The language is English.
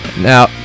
Now